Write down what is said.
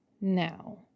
now